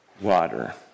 water